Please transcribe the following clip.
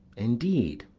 indeed,